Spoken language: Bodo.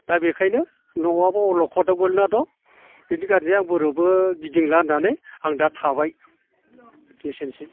दा बेखायनो न'आबो अलखदाव गोलैना दङ इनि खारननै आं बोरावबो गिदिंला होननानै आं दा थाबाय एसेनोसै